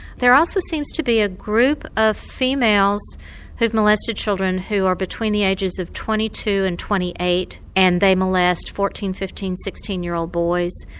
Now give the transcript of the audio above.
there also seems to be a group of females who have molested children who are between the ages of twenty two and twenty eight and they molest fourteen, fifteen, sixteen year old boys.